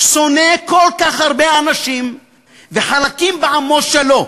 שונא כל כך הרבה אנשים וחלקים בעמו שלו,